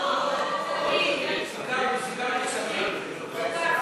ההצעה להעביר את הנושא לוועדת הכספים נתקבלה.